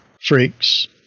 freaks